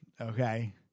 Okay